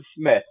Smith